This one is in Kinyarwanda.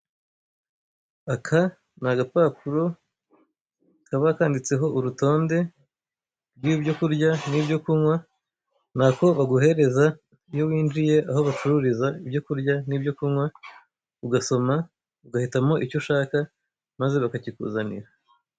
Aka ni agapapuro kaba kanditseho urutonde rw' ibyo kurya n' ibyo kunywa. Ni ako baguhereza iyo winjiye aho bacururiza ibyo kurya n' ibyo kunywa ugasoma ugahitamo icyo ushaka maze bakakikuzanira.